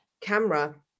camera